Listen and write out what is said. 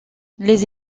les